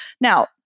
Now